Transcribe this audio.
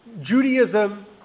Judaism